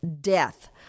death